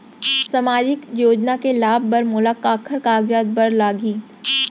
सामाजिक योजना के लाभ बर मोला काखर कागजात बर लागही?